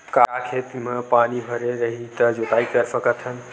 का खेत म पानी भरे रही त जोताई कर सकत हन?